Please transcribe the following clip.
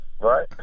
right